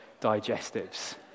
digestives